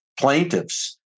plaintiffs